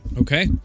Okay